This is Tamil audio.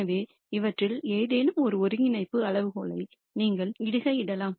எனவே இவற்றில் ஏதேனும் ஒரு ஒருங்கிணைப்பு அளவுகோலை நீங்கள் இடுகையிடலாம்